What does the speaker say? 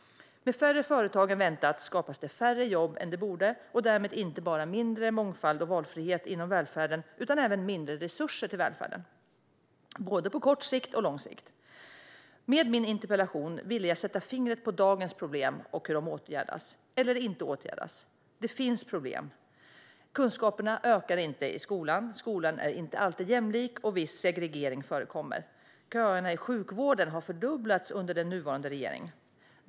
Med färre företag än väntat skapas det färre jobb än det borde och därmed inte bara mindre mångfald och valfrihet inom välfärden utan även mindre resurser till välfärden, både på kort och lång sikt. Med min interpellation ville jag sätta fingret på dagens problem och hur de åtgärdas - eller inte åtgärdas. Det finns problem. Kunskaperna ökar inte i skolan, skolan är inte alltid jämlik och viss segregering förekommer. Köerna i sjukvården har fördubblats under den nuvarande regeringen.